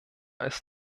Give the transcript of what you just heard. ist